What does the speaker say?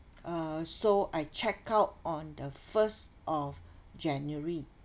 uh so I check out on the first of january